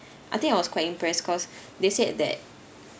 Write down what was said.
I think I was quite impressed cause they said that